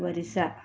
Orissa